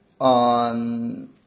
on